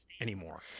Anymore